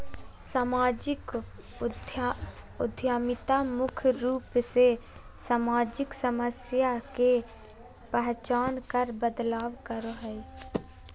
सामाजिक उद्यमिता मुख्य रूप से सामाजिक समस्या के पहचान कर बदलाव करो हय